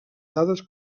dades